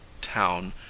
town